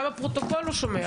גם הפרוטוקול לא שומע.